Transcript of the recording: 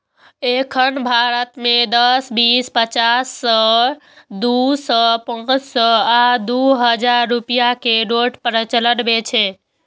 एखन भारत मे दस, बीस, पचास, सय, दू सय, पांच सय आ दू हजार रुपैया के नोट प्रचलन मे छै